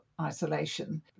isolation